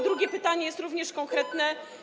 Drugie pytanie jest również konkretne.